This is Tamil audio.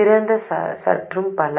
திறந்த சுற்று மற்றும் பல